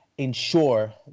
Ensure